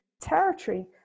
territory